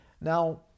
Now